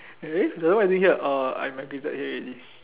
eh then why are you here orh I migrated here already